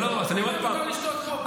אסור לשתות פה.